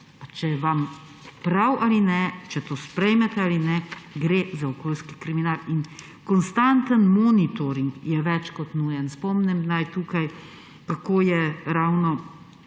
če je vam prav ali ne, če to sprejmete ali ne, gre za okoljski kriminal. In konstanten monitoring je več kot nujen. Spomnim naj tukaj, kako je ravno